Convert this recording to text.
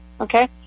Okay